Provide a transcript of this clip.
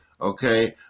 Okay